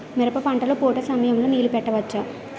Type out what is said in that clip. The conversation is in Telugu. మిరప పంట లొ పూత సమయం లొ నీళ్ళు పెట్టవచ్చా?